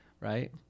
right